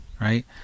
right